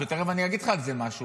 ותכף אני אגיד לך על זה משהו,